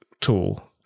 tool